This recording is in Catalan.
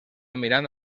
mirant